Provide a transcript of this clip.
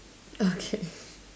okay